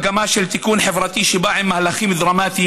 זה המשך מגמה של תיקון חברתי שבא עם מהלכים דרמטיים